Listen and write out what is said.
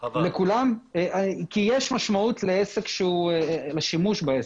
כי יש משמעות לשימוש בעסק.